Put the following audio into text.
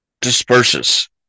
disperses